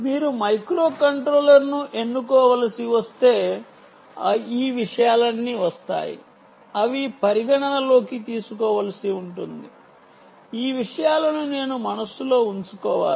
మీరు మైక్రోకంట్రోలర్ను ఎన్నుకోవలసి వస్తే ఈ విషయాలన్నీ వస్తాయి అవి పరిగణనలోకి తీసుకోవలసి ఉంటుంది ఈ విషయాలను నేను మనస్సులో ఉంచుకోవాలి